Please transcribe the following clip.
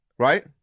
right